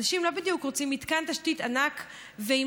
אנשים לא בדיוק רוצים מתקן תשתית ענק ועם